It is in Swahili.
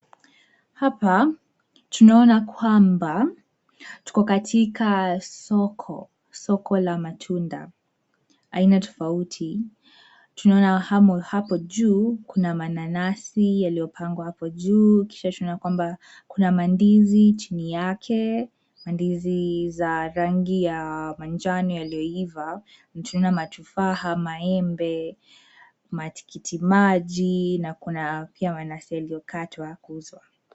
Hapa tunaona kwamba tuko katika soko; soko la matunda aina tofauti. Tunaona hapo juu kuna mananasi yaliyopangwa hapo juu, kisha tunaona kwamba kuna mandizi chini yake, mandizi za rangi ya majani yaliyoiva na tunaona matufaha, maembe, matikitikimaji na kuna pia mananasi yaliyokwatwa kuuzwa.